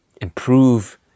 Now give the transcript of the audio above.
improve